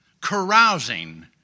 carousing